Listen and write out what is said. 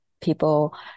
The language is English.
people